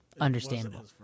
understandable